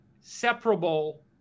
separable